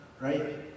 right